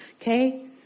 okay